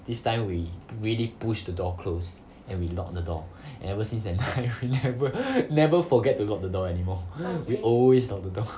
this time we really pushed the door close and we lock the door ever since then I will never never forget to lock the door anymore we always lock the door